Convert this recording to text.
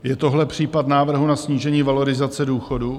Je tohle případ návrhu na snížení valorizace důchodu?